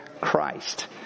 Christ